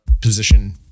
position